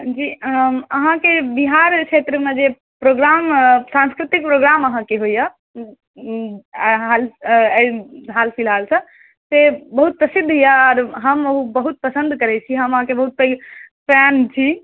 जी अहाँके बिहार क्षेत्रमे जे प्रोग्राम सांस्कृतिक प्रोग्राम अहाँके होइए एहि हाल फिलहालके से बहुत प्रसिद्ध यए आओर हम ओ बहुत पसन्द करैत छी हम अहाँके बहुत पैघ फैन छी